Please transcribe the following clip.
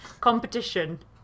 competition